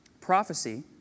Prophecy